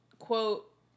quote